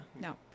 no